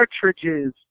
cartridges